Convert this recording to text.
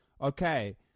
okay